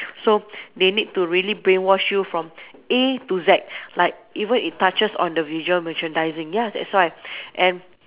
so they need to really brainwash you from A to Z like even it touches on the visual merchandising ya that's why and